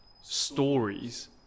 stories